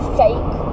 fake